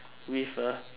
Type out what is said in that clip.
with a